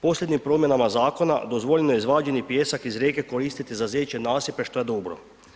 Posljednjim promjenama zakona dozvoljeno je izvađeni pijesak iz rijeke koristiti za zečje nasipe, što je dobro.